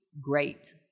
great